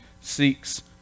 seeks